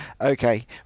Okay